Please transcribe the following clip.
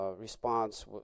response